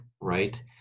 right